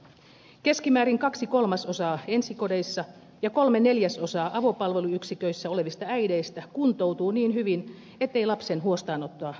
keskimäärin kaksi kolmasosaa ensikodeissa ja kolme neljäsosaa avopalveluyksiköissä olevista äideistä kuntoutuu niin hyvin ettei lapsen huostaanottoa tarvita